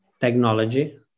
technology